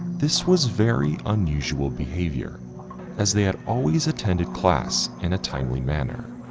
this was very unusual behavior as they had always attended class in a timely manner.